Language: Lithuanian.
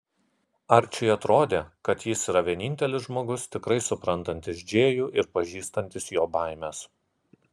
arčiui atrodė kad jis yra vienintelis žmogus tikrai suprantantis džėjų ir pažįstantis jo baimes